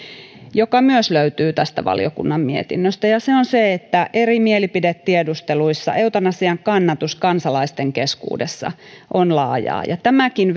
joka myös löytyy tästä valiokunnan mietinnöstä ja se on se että eri mielipidetiedusteluissa eutanasian kannatus kansalaisten keskuudessa on laajaa ja tämäkin